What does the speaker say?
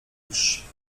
fisz